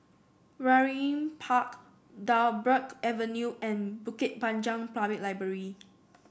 Waringin Park Dryburgh Avenue and Bukit Panjang Public Library